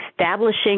establishing